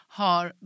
har